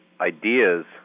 ideas